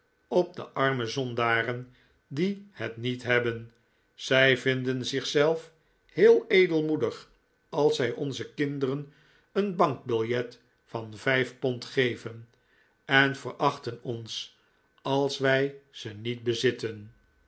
op de arme zondaren die het niet hebben zij vinden zichzelf heel edelmoedig als zij onze kinderen een bankbiljet van vijf pond geven en verachten ons als wij ze niet bezitten